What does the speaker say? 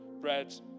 bread